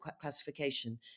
classification